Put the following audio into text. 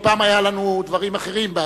כי פעם היו לנו דברים אחרים,